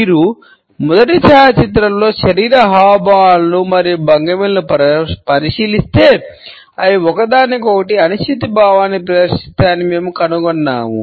మీరు మొదటి ఛాయాచిత్రంలో శరీర హావభావాలు మరియు భంగిమలను పరిశీలిస్తే అవి ఒకదానికొకటి అనిశ్చితి భావాన్ని ప్రదర్శిస్తాయని మేము కనుగొన్నాము